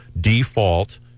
default